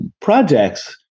projects